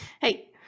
Hey